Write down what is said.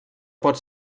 pot